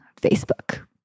Facebook